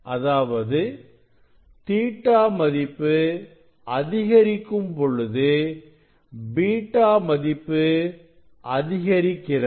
அதாவது கோணம் Ɵ மதிப்பு அதிகரிக்கும் பொழுது β மதிப்பு அதிகரிக்கிறது